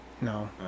No